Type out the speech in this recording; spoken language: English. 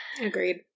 Agreed